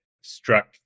struck